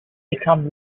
become